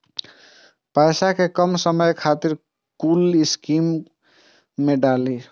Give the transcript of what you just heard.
पैसा कै कम समय खातिर कुन स्कीम मैं डाली?